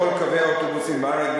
בכל קווי האוטובוסים בארץ,